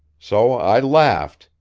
so i laughed,